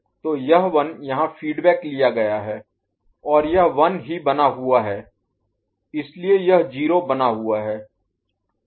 तो यह 1 यहाँ फीडबैक लिया गया है और यह 1 ही बना हुआ है इसलिए यह 0 बना हुआ है